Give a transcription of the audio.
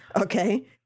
okay